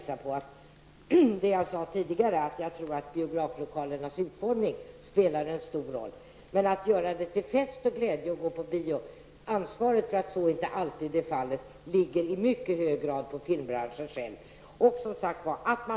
Som jag tidigare sade tror jag att biograflokalernas utformning spelar en stor roll. Ansvaret för att det inte alltid är en fest och en glädje att gå på bio ligger i mycket hög grad på filmbranschen själv.